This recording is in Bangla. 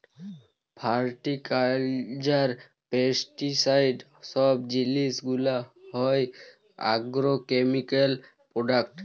ফার্টিলাইজার, পেস্টিসাইড সব জিলিস গুলা হ্যয় আগ্রকেমিকাল প্রোডাক্ট